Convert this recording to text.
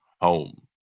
home